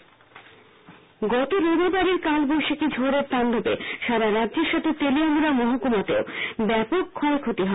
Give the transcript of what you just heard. প্রধান সচিব এদিকে গত গরবিবারের কালবৈশাখী ঝডের তান্ডবে সারা রাজ্যের সাথে তেলিয়ামুড়া মহকুমাতেও ব্যাপক ক্ষয়ক্ষতি হয়েছে